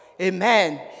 Amen